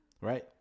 right